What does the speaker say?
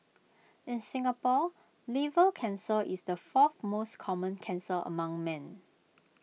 in Singapore liver cancer is the fourth most common cancer among men